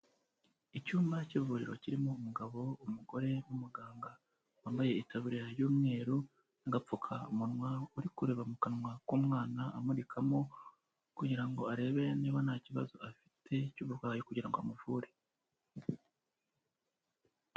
Icyumba cy'ivuriro kirimo umugabo, umugore n'umuganga wambaye itaburiya y'umweru n'agapfukamunwa, uri kureba mu kanwa k'umwana amurikamo kugira ngo arebe niba nta kibazo afite cy'uburwayi kugira ngo amuvure.